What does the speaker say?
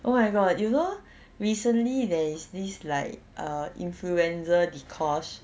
oh my god you know recently there is this like err influencer dee kosh